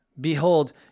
Behold